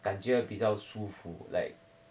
感觉比较舒服 like